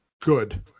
good